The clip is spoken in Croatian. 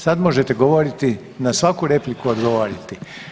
Sad možete govoriti, na svaku repliku odgovoriti.